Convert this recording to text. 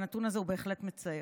והנתון הזה בהחלט מצער.